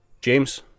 James